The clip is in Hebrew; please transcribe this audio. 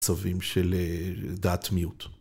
מצבים של דעת מיעוט.